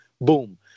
boom